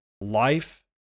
life